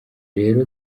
rero